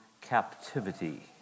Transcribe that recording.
captivity